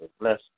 Bless